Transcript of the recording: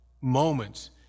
moments